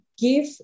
give